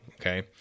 Okay